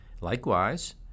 Likewise